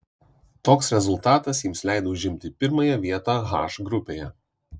toks rezultatas jiems leido užimti pirmąją vietą h grupėje